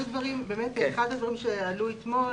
אחד הדברים שעלו אתמול,